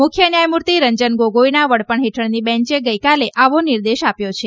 મુખ્ય ન્યાયમૂર્તિ રંજન ગોગોઇના વડપણ હેઠળની બેંચે ગઇકાલે આવો નિર્દેશ આપ્યો છે